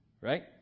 Right